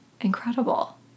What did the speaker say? incredible